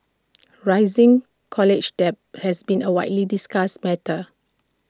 rising college debt has been A widely discussed matter